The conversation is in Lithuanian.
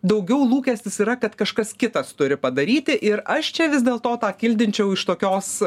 daugiau lūkestis yra kad kažkas kitas turi padaryti ir aš čia vis dėl to tą kildinčiau iš tokios